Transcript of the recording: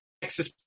texas